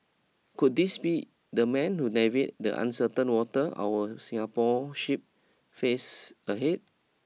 could this be the man to navy the uncertain waters our Singapore ship face ahead